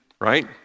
right